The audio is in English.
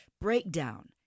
breakdown